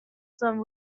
some